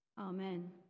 Amen